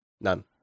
None